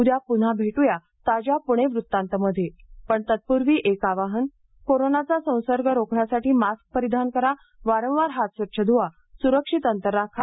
उद्या पुन्हा भेटू ताज्या पुणे वृत्तांतमध्ये पण तत्पूर्वी एक आवाहन कोरोनाचा संसर्ग रोखण्यासाठी मास्क परिधान करा वारंवार हात स्वच्छ धुवा सुरक्षित अंतर राखा